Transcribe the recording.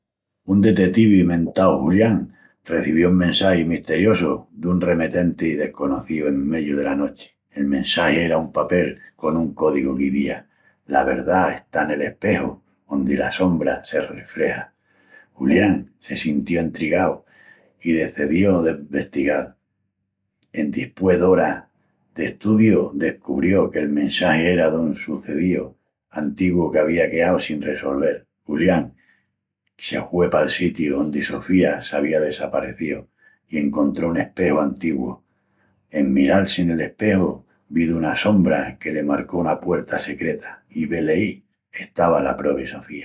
Un detetivi mentau Julián recebió un messagi misteriosu dun remetenti desconocíu en meyu dela nochi. El messagi era un papel con un códigu qu'izía: "La verdá está nel espeju, ondi la sombra se refrexa". Julián se sintió entrigau i decedió d'envestigal. Endispués d'oras de estudiu, descubrió que'l messagi era dun suceíu antígu qu'avía queáu sin ressolvel. Julián se hue pal sitiu ondi Sofía s'avía desaparecíu i encontró un espeju antígu. En miral-si nel espeju, vidu una sombra que le marcó una puerta secreta. I veleí estava la probi Sofía.